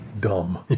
dumb